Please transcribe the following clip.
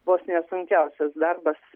vos ne sunkiausias darbas